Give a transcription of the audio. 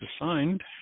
assigned